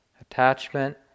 attachment